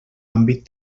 àmbit